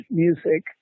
music